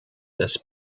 des